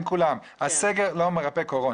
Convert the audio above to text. עם כולם: הסגר לא מרפא קורונה.